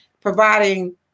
providing